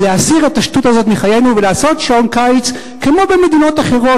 להסיר את השטות הזאת מחיינו ולעשות שעון קיץ כמו במדינות אחרות.